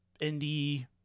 indie